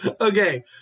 Okay